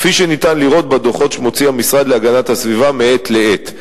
כפי שאפשר לראות בדוחות שמוציא המשרד להגנת הסביבה מעת לעת.